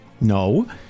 no